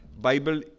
Bible